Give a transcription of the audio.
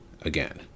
again